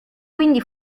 quindi